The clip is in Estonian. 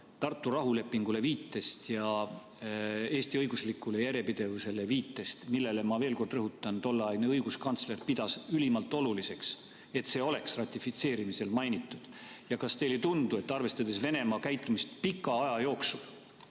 Tartu rahulepingule ja Eesti õiguslikule järjepidevusele? Ma veel kord rõhutan: tolleaegne õiguskantsler pidas ülimalt oluliseks, et see oleks ratifitseerimisel mainitud. Kas teile ei tundu, et arvestades Venemaa käitumist pika aja jooksul,